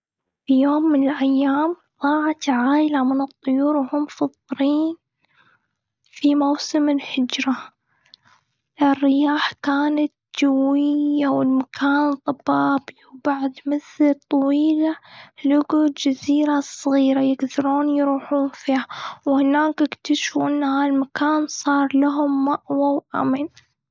في يوم من الأيام، ضاعت عائلة من الطيور هم في الطريق، في موسم الهجرة. الرياح كانت جوية والمكان ضبابي. وبعد مدة طويلة، لقوا جزيرة صغيرة يقدرون يروحون فيها. وهناك إكتشفوا إن هالمكان صار لهم مأوى وأمن.